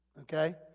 Okay